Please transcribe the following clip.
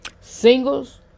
Singles